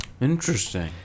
Interesting